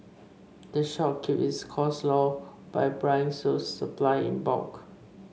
the shop keeps its costs low by buying its supply in bulk